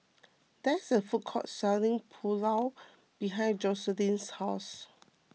there is a food court selling Pulao behind Joycelyn's house